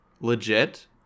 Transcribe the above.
legit